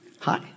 hi